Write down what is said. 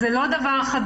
אז זה לא דבר חדש,